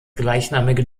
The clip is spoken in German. gleichnamige